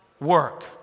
work